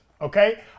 Okay